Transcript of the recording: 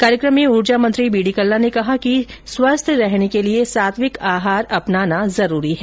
कार्यक्रम में ऊर्जा मंत्री बी ड़ी कल्ला ने कहा कि स्वस्थ्य रहने के लिए सात्विक आहार अपनाना जरूरी हैं